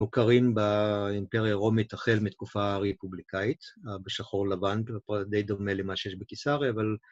מוכרים באימפריה הרומית החל מתקופה ריפובליקאית, בשחור לבן, די דומה למה שיש בקיסריה, אבל...